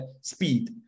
speed